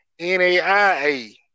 NAIA